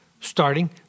starting